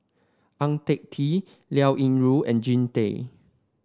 Ang Tay Tee Liao Yingru and Jean Tay